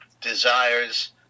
desires